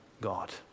God